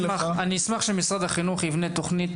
אני אשמח שמשרד החינוך יבנה תוכנית